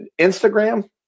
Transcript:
Instagram